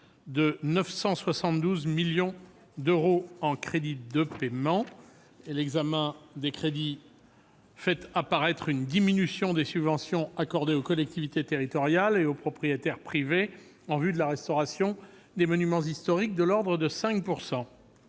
de 972 millions d'euros en crédits de paiement pour 2020. L'examen de ces crédits fait apparaître une diminution de l'ordre de 5 % des subventions accordées aux collectivités territoriales et aux propriétaires privés en vue de la restauration des monuments historiques. Les crédits de